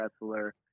wrestler